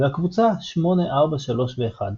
5 והקבוצה 1, 3, 4, 8,